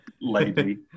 lady